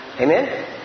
Amen